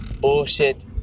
bullshit